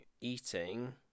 eating